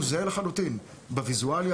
הוא זהה לחלוטין - ויזואלית,